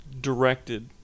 directed